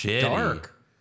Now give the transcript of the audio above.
dark